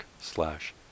slash